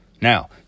Now